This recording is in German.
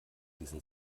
ließen